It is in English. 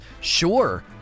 Sure